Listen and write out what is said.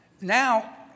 now